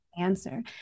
answer